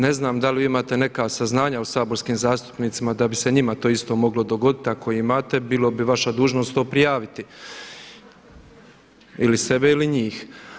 Ne znam da li vi imate neka saznanja o saborskim zastupnicima da bi se njima to isto moglo dogoditi, ako imate, bila bio bi vaša dužnost to prijaviti, ili sebe ili njih.